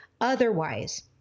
otherwise